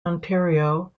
ontario